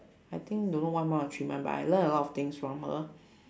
I think don't know one month or three month but I learn a lot of things from her